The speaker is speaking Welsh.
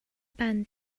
ben